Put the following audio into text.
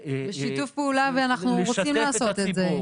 בשיתוף פעולה ואנחנו רוצים לעשות את זה,